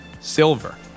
Silver